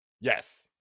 Yes